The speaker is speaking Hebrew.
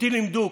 אותי לימדו,